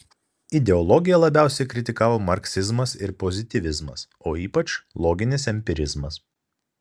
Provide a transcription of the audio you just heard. ideologiją labiausiai kritikavo marksizmas ir pozityvizmas o ypač loginis empirizmas